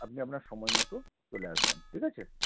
আপনি আপনার সময় মতো চলে আসবেন ঠিক আছে